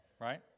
right